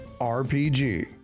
RPG